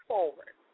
Forward